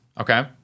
okay